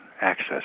access